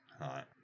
Right